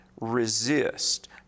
resist